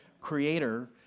creator